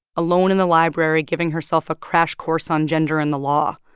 alone in the library giving herself a crash course on gender and the law.